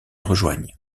rejoignent